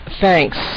thanks